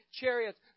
Chariots